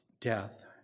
death